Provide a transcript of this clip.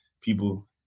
People